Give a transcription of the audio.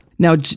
Now